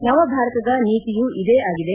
ನವಭಾರತದ ನೀತಿಯು ಇದೇ ಆಗಿದೆ